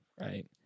right